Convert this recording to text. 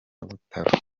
butaro